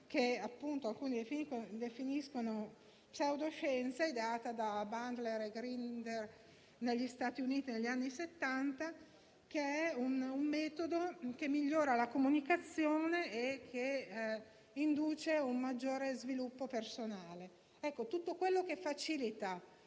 alcuni definiscono pseudoscienza, ideata da Bandler e Grinder negli Stati Uniti degli anni '70. Si tratta di un metodo che migliora la comunicazione e che induce un maggiore sviluppo personale. Tutto quello che facilita